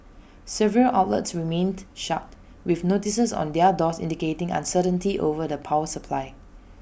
several outlets remained shut with notices on their doors indicating uncertainty over the power supply